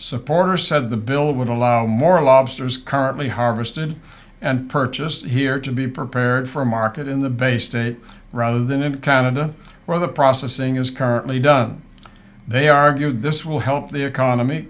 supporter said the bill would allow more lobsters currently harvested and purchased here to be prepared for market in the bay state rather than in canada where the processing is currently done they argue this will help the economy